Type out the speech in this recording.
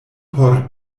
por